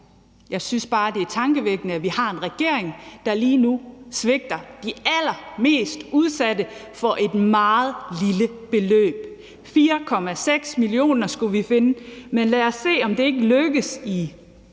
Jeg synes bare, det er tankevækkende, at vi har en regering, der lige nu svigter de allermest udsatte i forhold til et meget lille beløb. 4,6 mio. kr. skulle vi finde, men lad os se, om det ikke lykkes i